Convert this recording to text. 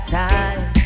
time